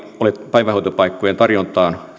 päivähoitopaikkojen tarjontaa